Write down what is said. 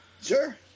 Sure